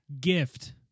gift